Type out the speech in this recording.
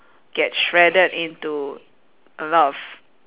get shredded into a lot of